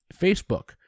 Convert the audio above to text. Facebook